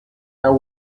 how